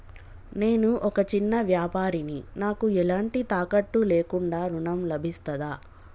నేను ఒక చిన్న వ్యాపారిని నాకు ఎలాంటి తాకట్టు లేకుండా ఋణం లభిస్తదా?